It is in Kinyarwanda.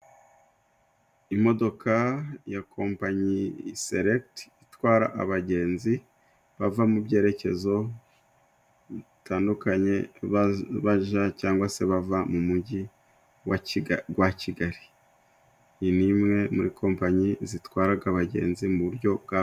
Imodoka ya kompanyi serekitedi, itwara abagenzi bava mu byerekezo bitandukanye, bajya cyangwa se bava mu mugi wa Kigali. Iyi ni imwe muri kompanyi zitwara abagenzi mu buryo bwa......